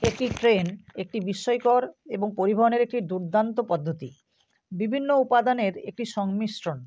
একটি ট্রেন একটি বিস্ময়কর এবং পরিবহণের একটি দুর্দান্ত পদ্ধতি বিভিন্ন উপাদানের একটি সংমিশ্রণ